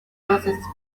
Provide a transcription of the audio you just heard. closest